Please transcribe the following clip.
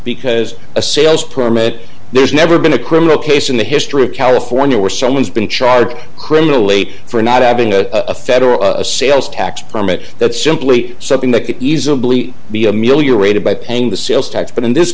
because a sales permit there's never been a criminal case in the history of california where someone's been charged criminally for not having a federal sales tax permit that simply something that could easily be ameliorated by paying the sales tax but in this